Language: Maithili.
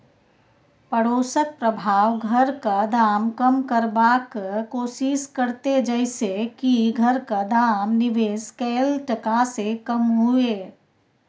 पडोसक प्रभाव घरक दाम कम करबाक कोशिश करते जइसे की घरक दाम निवेश कैल टका से कम हुए